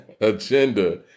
agenda